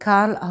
Carl